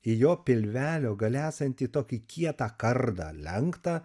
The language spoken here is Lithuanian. į jo pilvelio gale esantį tokį kietą kardą lenktą